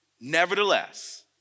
Nevertheless